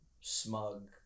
smug